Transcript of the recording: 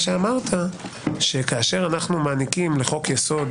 2022. ואגב, לאורך שנים ברצף